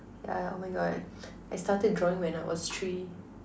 yeah oh my God I started drawing when I was three